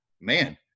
man